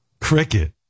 cricket